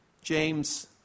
James